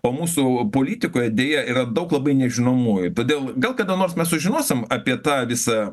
o mūsų politikoje deja yra daug labai nežinomųjų todėl gal kada nors mes sužinosim apie tą visą